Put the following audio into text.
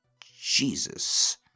Jesus